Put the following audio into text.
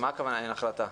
למה הכוונה אין החלטה?